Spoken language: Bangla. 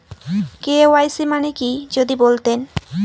কে.ওয়াই.সি মানে কি যদি বলতেন?